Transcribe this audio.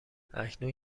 اکنون